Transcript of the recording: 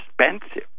expensive